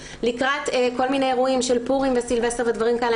לקראת כל מיני אירועים של פורים וסילבסטר ודברים כאלה,